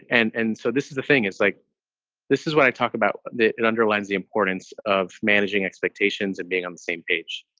and and so this is the thing. it's like this is what i talk about. it underlines the importance of managing expectations and being on the same page.